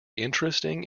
interesting